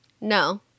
no